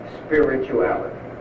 spirituality